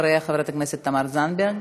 אחריה, חברת הכנסת תמר זנדברג.